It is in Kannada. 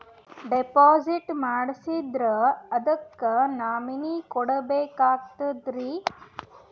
ಡಿಪಾಜಿಟ್ ಮಾಡ್ಸಿದ್ರ ಅದಕ್ಕ ನಾಮಿನಿ ಕೊಡಬೇಕಾಗ್ತದ್ರಿ?